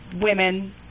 women